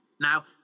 now